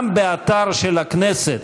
גם באתר של הכנסת,